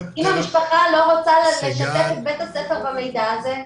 אם המשפחה לא רוצה לשתף את בית הספר במידע הזה?